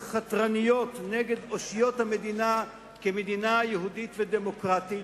חתרניות נגד אושיות המדינה כמדינה יהודית ודמוקרטית.